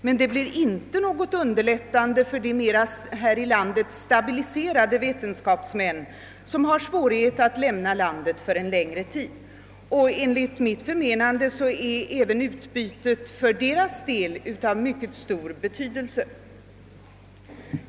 Men det blir inte något underlättande för de här i landet mera stabiliserade vetenskapsmän som har svårigheter att lämna landet för en längre tid, och enligt mitt förmenande är även kulturutbytet för deras del av mycket stor betydelse.